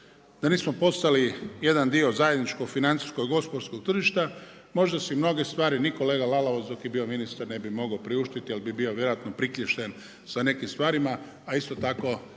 da nismo postali jedna dio zajedničko financijsko-gospodarskog tržišta, možda si mnoge stvari ni kolega Lalovac dok je bio ministar ne bi mogao priuštiti jer bi bio vjerojatno priklješten sa nekim stvarima, a isto tako